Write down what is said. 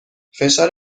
فشار